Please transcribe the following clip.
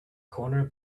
corner